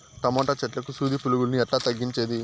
Tomato చెట్లకు సూది పులుగులను ఎట్లా తగ్గించేది?